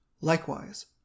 Likewise